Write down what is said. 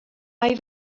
mae